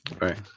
Right